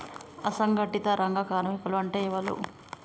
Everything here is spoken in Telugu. అసంఘటిత రంగ కార్మికులు అంటే ఎవలూ?